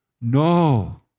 No